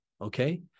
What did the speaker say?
okay